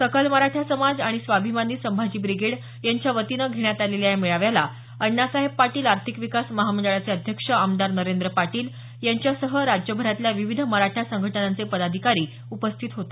सकल मराठा समाज आणि स्वाभिमानी संभाजी ब्रिगेड यांच्या वतीनं घेण्यात आलेल्या या मेळाव्याला अण्णासाहेब पाटील आर्थिक विकास महामंडळाचे अध्यक्ष आमदार नरेंद्र पाटील यांच्यासह राज्यभरातल्या विविध मराठा संघटनांचे पदाधिकारी उपस्थित होते